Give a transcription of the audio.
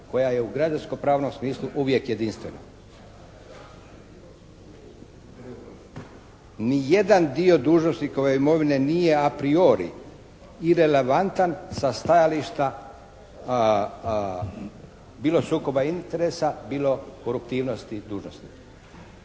koja je u građansko-pravnom smislu uvijek jedinstvena. Ni jedan dio dužnosnikove imovine nije a priori irelevantan sa stajališta bilo sukoba interesa, bilo koruptivnosti dužnosnika.